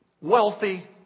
wealthy